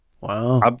Wow